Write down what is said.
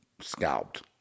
scalped